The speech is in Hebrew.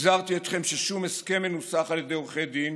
הזהרתי אתכם ששום הסכם מנוסח על ידי עורכי דין